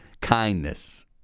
kindness